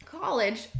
college